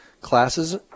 classes